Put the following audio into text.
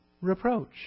reproach